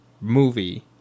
movie